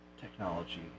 technology